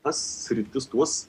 tas sritis tuos